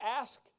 Ask